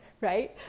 right